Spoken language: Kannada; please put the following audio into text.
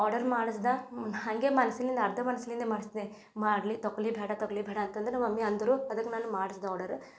ಆರ್ಡರ್ ಮಾಡಸ್ದೆ ಹಾಗೆ ಮನ್ಸಿನಿಂದ ಅರ್ಧ ಮನ್ಸಿನಿಂದೇ ಮಾಡಿಸ್ದೆ ಮಾಡಲಿ ತೊಗೊಲಿ ಬೇಡ ತಗೊಲಿ ಬೇಡ ಅಂತಂದು ನಮ್ಮ ಮಮ್ಮಿ ಅಂದರು ಅದಕ್ಕೆ ನಾನು ಮಾಡ್ಸ್ದೆ ಆರ್ಡರ್